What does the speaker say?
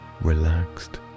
relaxed